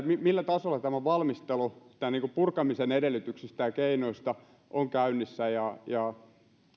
millä tasolla valmistelu purkamisen edellytyksistä ja keinoista on käynnissä